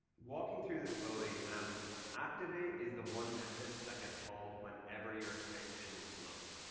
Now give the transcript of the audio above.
walking through this slowly, um activate is the one method that gets called whenever your extension loads.